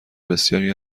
بسیاری